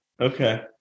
okay